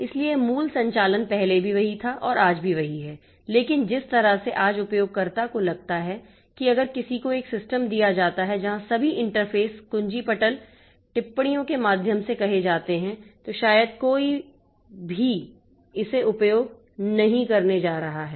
इसलिए मूल संचालन पहले भी वही था और आज भी है लेकिन जिस तरह से आज उपयोगकर्ता को लगता है कि अगर किसी को एक सिस्टम दिया जाता है जहां सभी इंटरफेस कुंजीपटल टिप्पणियाँ के माध्यम से कहे जाते हैं तो शायद कोई भी कोई भी इसे उपयोग नहीं करने जा रहा है